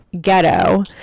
ghetto